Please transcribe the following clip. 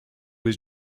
was